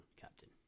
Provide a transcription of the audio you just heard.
captain